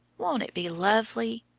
won't it be lovely?